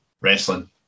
wrestling